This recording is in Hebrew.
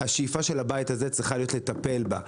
השאיפה של הבית הזה צריכה להיות לטפל בה,